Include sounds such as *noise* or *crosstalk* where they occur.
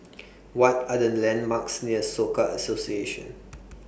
*noise* What Are The landmarks near Soka Association *noise*